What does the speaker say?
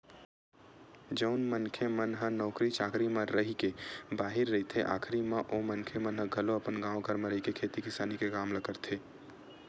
जउन मनखे मन ह नौकरी चाकरी म रहिके बाहिर रहिथे आखरी म ओ मनखे मन ह घलो अपन गाँव घर म रहिके खेती किसानी के काम ल करथे